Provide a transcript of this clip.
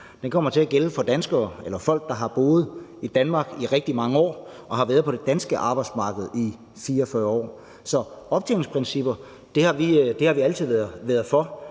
kommer til at gælde for danskere eller folk, der har boet i Danmark i rigtig mange år og har været på det danske arbejdsmarked i 44 år. Så optjeningsprincipper har vi altid været for,